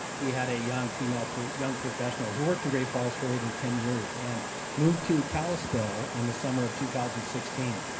we had a young female, young professional, who worked in great falls for eight or ten years, and moved to kalispell in the summer of two thousand and sixteen.